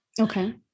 Okay